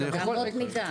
איכות, זה אמות מידה.